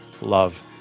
love